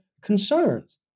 concerns